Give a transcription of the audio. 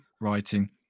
writing